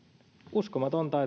uskomatonta